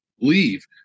leave